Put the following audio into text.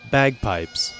bagpipes